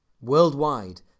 worldwide